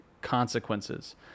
consequences